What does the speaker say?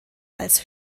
als